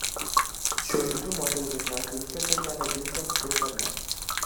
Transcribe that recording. šiuo žodžiu moterys dažniausiai užkerta kelią ginčams ir barniams